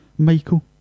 Michael